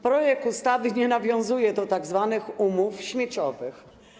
Projekt ustawy nie nawiązuje do tzw. umów śmieciowych.